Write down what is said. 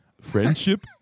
Friendship